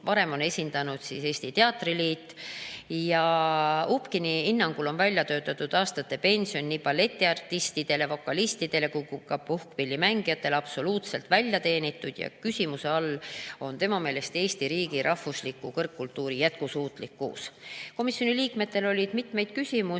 varem on neid esindanud Eesti Teatriliit. Upkini hinnangul on väljateenitud aastate pension nii balletiartistidel, vokalistidel kui ka puhkpillimängijatel absoluutselt välja teenitud ja küsimuse all on tema meelest Eesti riigi rahvusliku kõrgkultuuri jätkusuutlikkus. Komisjoni liikmetel oli mitmeid küsimusi.